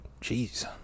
Jeez